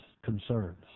concerns